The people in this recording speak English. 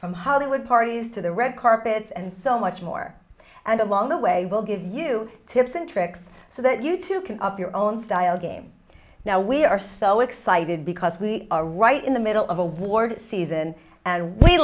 from hollywood parties to the red carpet and so much more and along the way we'll give you tips and tricks so that you too can of your own style game now we are so excited because we are right in the middle of award season and we